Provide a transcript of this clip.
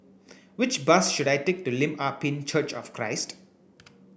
which bus should I take to Lim Ah Pin Church of Christ